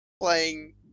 playing